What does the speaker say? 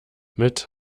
mit